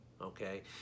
okay